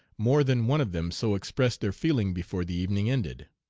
more than one of them so expressed their feeling before the evening ended.